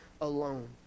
alone